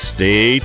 Stay